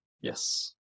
Yes